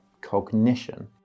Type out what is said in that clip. cognition